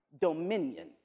dominion